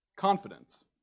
Confidence